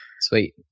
sweet